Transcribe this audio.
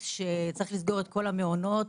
שצריך לסגור את כל המעונות,